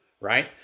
right